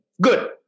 Good